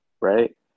right